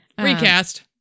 recast